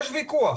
יש ויכוח,